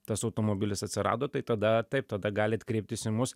tas automobilis atsirado tai tada taip tada galit kreiptis į mus